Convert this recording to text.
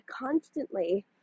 constantly